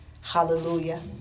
Hallelujah